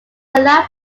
canal